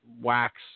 wax